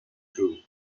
through